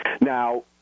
Now